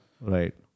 Right